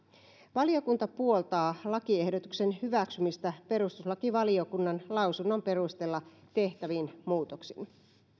valiokunta puoltaa lakiehdotuksen hyväksymistä perustuslakivaliokunnan lausunnon perusteella tehtävin muutoksin